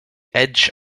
edge